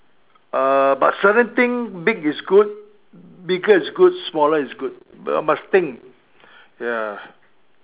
uh but certain thing big is good bigger is good smaller is good but must think ya